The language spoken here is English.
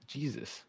Jesus